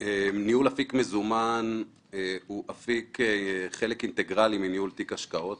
ניהול אפיק מזומן הוא חלק אינטגרלי מניהול תיק השקעות.